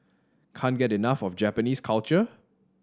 can't get enough of Japanese culture